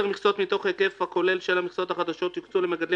מכסות מתוך ההיקף הכולל של המכסות החדשות יוקצו למגדלים